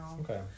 Okay